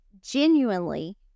genuinely